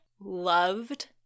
loved